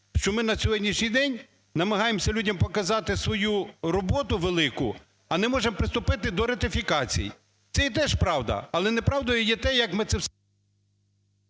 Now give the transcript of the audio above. що ми на сьогоднішній день намагаємося людям показати свою роботу велику, а не можемо приступити до ратифікацій. Це є теж правда. Але неправдою є те, як ми це все…